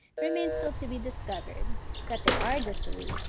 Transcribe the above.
remains still to be discovered that they are dissolute,